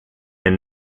and